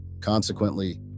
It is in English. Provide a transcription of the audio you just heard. Consequently